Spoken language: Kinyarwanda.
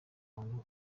umuntu